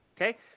Okay